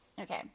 Okay